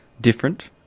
different